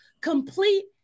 complete